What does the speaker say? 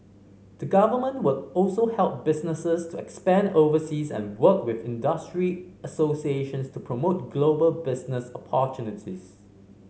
the Government will also help businesses to expand overseas and work with industry associations to promote global business opportunities